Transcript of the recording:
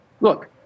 Look